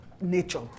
nature